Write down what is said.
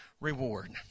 reward